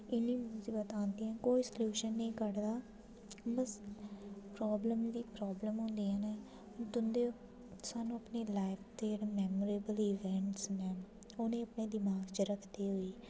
कोई साढी प्राॅब्लम दा सल्यूशन निं कढदा प्राॅब्लम गै प्राॅब्लम होंदियां न तुं'दे स्हान्नूं अपनी लाईफ दे मेमोरेबल इवैंट न उ'नें गी दमाग च रखदे होई